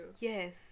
Yes